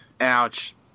Ouch